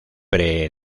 pre